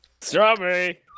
Strawberry